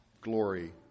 glory